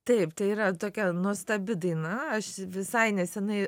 taip tai yra tokia nuostabi daina aš visai neseniai